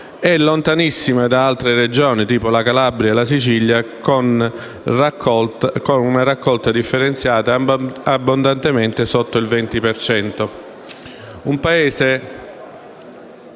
È lontanissima da altre Regioni, tipo la Calabria e la Sicilia, con una raccolta differenziata abbondantemente sotto il 20